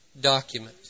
document